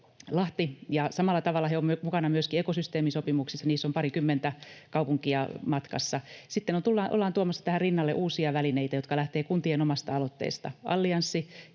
Lahti, ja samalla tavalla he ovat mukana myöskin ekosysteemisopimuksissa. Niissä on parikymmentä kaupunkia matkassa. Sitten ollaan tuomassa tähän rinnalle uusia välineitä, jotka lähtevät kuntien omasta aloitteesta: allianssi